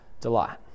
delight